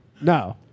No